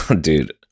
dude